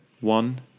One